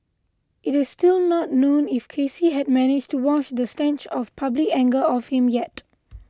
it is still not known if Casey had managed to wash the stench of public anger off him yet